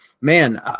man